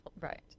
Right